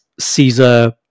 Caesar